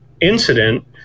incident